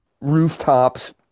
rooftops